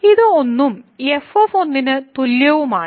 ഇത് 1 ഉം f ന് തുല്യവുമാണ്